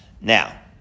Now